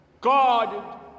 God